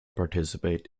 participate